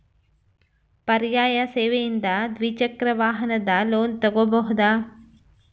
ಪರ್ಯಾಯ ಸೇವೆಯಿಂದ ದ್ವಿಚಕ್ರ ವಾಹನದ ಲೋನ್ ತಗೋಬಹುದಾ?